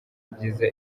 byiza